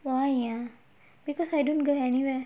why ya because I don't go anywhere